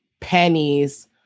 pennies